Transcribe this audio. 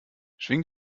schwing